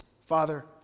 Father